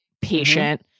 patient